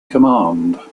command